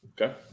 Okay